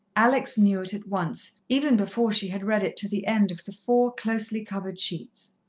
alex knew it at once, even before she had read it to the end of the four closely-covered sheets.